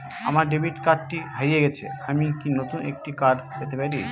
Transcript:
আমার ডেবিট কার্ডটি হারিয়ে গেছে আমি কি নতুন একটি কার্ড পেতে পারি?